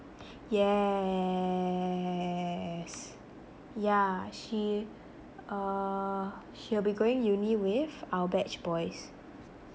yes yeah she uh she'll be going uni with our batch boys